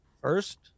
first –